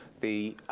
the,